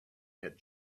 had